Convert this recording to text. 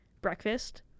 Breakfast